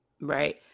Right